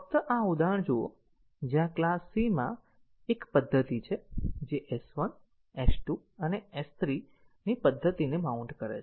ફક્ત આ ઉદાહરણ જુઓ જ્યાં ક્લાસ c માં એક પદ્ધતિ છે જે S1 S2 અને S3 ની પદ્ધતિને માઉન્ટ કરે છે